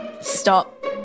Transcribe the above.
stop